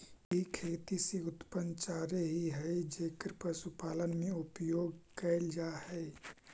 ई खेती से उत्पन्न चारे ही हई जेकर पशुपालन में उपयोग कैल जा हई